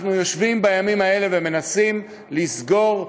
אנחנו יושבים בימים האלה ומנסים לסגור,